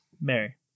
Mary